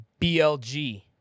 BLG